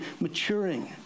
maturing